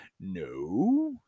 No